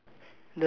the pet shop